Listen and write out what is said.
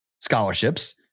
scholarships